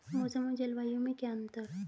मौसम और जलवायु में क्या अंतर?